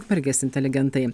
ukmergės inteligentai